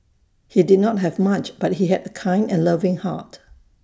he did not have much but he had A kind and loving heart